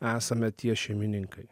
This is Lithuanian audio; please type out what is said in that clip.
esame tie šeimininkai